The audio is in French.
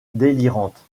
délirantes